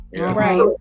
Right